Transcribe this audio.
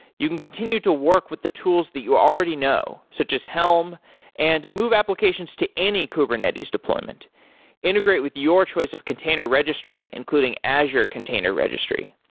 you can continue to work with the tools that you already know, so just helm and move applications to any kubernetes deployment integrate with your choice of container registry, including azure container container registry.